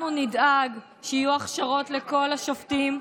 אנחנו נדאג שיהיו הכשרות לכל השופטים,